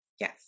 Yes